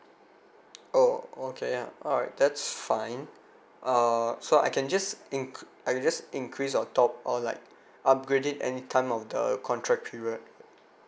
oh okay ya alright that's fine uh so I can just inc~ I can just increase or top or like upgrade it anytime of the contract period